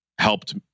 helped